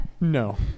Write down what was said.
No